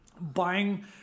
buying